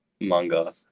manga